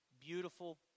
beautiful